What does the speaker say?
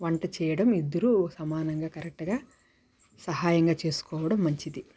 వంట చేయడం ఇద్దరూ సమానంగా కరెక్ట్గా సహాయంగా చేసుకోవడం మంచిది